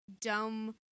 dumb